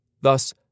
Thus